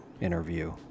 interview